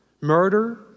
murder